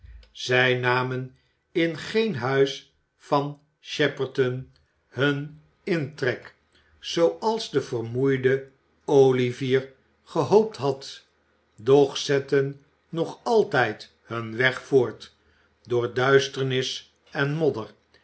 zij namen in geen huis van shepperton hun i intrek zooals de vermoeide olivier gehoopt had doch zetten nog altijd hun weg voort door duisi ternis en modder